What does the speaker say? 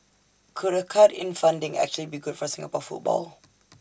could A cut in funding actually be good for Singapore football